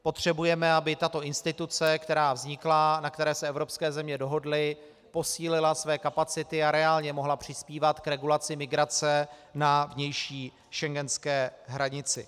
Potřebujeme, aby tato instituce, která vznikla, na které se evropské země dohodly, posílila své kapacity a reálně mohla přispívat k regulaci migrace na vnější schengenské hranici.